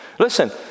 Listen